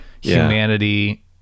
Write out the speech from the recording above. humanity